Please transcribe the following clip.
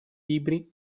libri